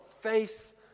face